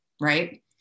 right